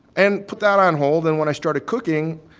and put that on hold. and when i started cooking,